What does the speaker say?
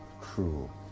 cruel